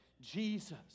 Jesus